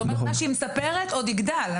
מה שהיא מספרת עוד יגדל.